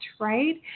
right